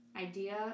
idea